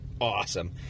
awesome